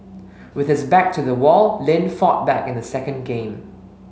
with his back to the wall Lin fought back in the second game